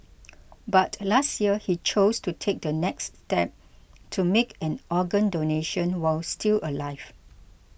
but last year he chose to take the next step to make an organ donation while still alive